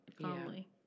Calmly